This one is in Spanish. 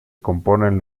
componen